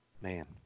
man